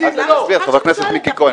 חבר הכנסת מיקי לוי,